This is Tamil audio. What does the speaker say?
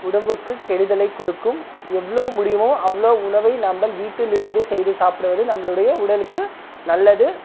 உடம்புக்கு கெடுதலை கொடுக்கும் எவ்வளோ முடியுமோ அவ்வளோ உணவை நம்ப வீட்டில் இருந்து செய்து சாப்பிடுவது நம்மளுடைய உடலுக்கு நல்லது